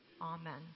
amen